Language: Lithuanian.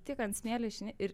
tik ant smėlio išeini ir